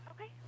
Okay